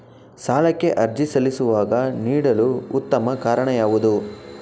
ಸಾಲಕ್ಕೆ ಅರ್ಜಿ ಸಲ್ಲಿಸುವಾಗ ನೀಡಲು ಉತ್ತಮ ಕಾರಣ ಯಾವುದು?